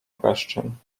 question